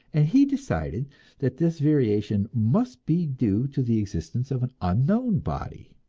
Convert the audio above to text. and he decided that this variation must be due to the existence of an unknown body.